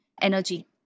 energy